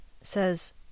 says